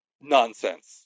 nonsense